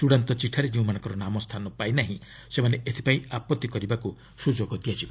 ଚଡ଼ାନ୍ତ ଚିଠାରେ ଯେଉଁମାନଙ୍କର ନାମ ସ୍ଥାନ ପାଇ ନାହିଁ ସେମାନେ ଏଥିପାଇଁ ଆପତ୍ତି କରିବାକୁ ସୁଯୋଗ ଦିଆଯିବ